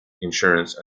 insurance